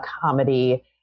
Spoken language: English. comedy